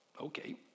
okay